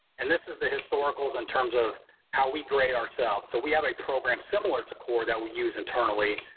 and this is the historicals in terms of how we grade ourselves. so we have a program similar to core that we use internally,